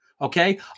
okay